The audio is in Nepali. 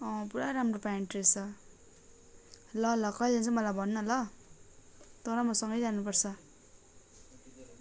पुरा राम्रो पेन्ट रहेछ ल ल कहिले जाउँ मलाई भन न ल तँ र म सँगै जानुपर्छ